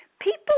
people